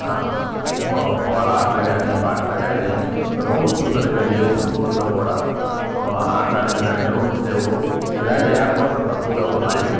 వాళ్ళ ఆటలు కానీ పాటలు కానీ గ్రౌండ్స్ సరిగ్గా లేవు స్కూల్లో కూడా ఆటలు ఆడించడానికి గ్రౌండ్స్ లేవు ఇలాంటి ఏర్పాట్లు తక్కువగా ఉన్నాయి